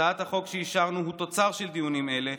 הצעת החוק שאישרנו היא תוצר של דיונים אלה,